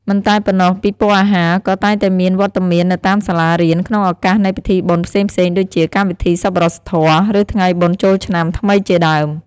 មិនតែប៉ុណ្ណោះ ពិព័រណ៍អាហារក៏តែងតែមានវត្តមាននៅតាមសាលារៀន ក្នុងឱកាសនៃពិធីបុណ្យផ្សេងៗដូចជា កម្មវិធីសប្បុរសធម៌ ឬថ្ងៃបុណ្យចូលឆ្នាំថ្មីជាដើម។